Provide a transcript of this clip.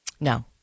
No